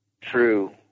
true